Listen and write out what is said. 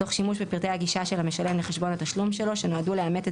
תוך שימוש בפרטי הגישה של המשלם לחשבון התשלום שלו שנועדו לאמת את